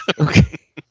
Okay